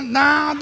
now